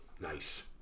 Nice